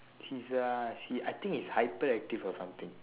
he is uh she I think he's hyperactive or something